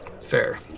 fair